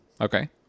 Okay